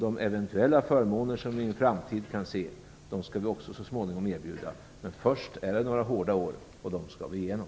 De eventuella förmåner vi kan se i en framtid skall vi så småningom erbjuda. Men först är det några hårda år, och de skall vi igenom.